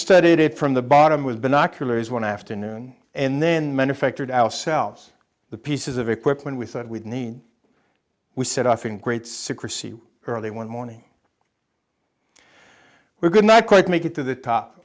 studied it from the bottom with binoculars one afternoon and then manufactured ourselves the pieces of equipment we thought we'd need we set off in great secrecy early one morning were good not quite make it to the top